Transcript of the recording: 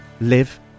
live